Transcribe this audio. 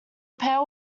pair